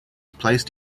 placed